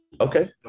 Okay